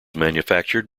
manufactured